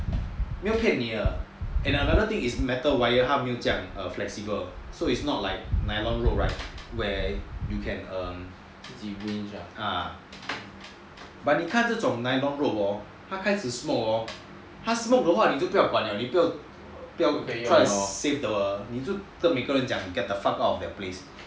没有骗你的 and another thing is metal wire 他没有这样 err flexible so is not like nylon rope where you can err but 你看这种 nylon rope hor 他开始 smoke hor 他 smoke 的话你就不要管了就跟每个人讲 get the fuck out of that place